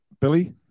Billy